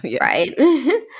right